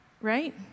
right